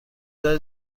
برای